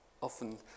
often